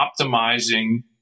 optimizing